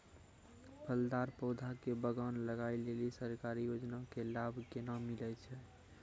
फलदार पौधा के बगान लगाय लेली सरकारी योजना के लाभ केना मिलै छै?